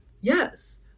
yes